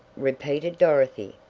repeated dorothy.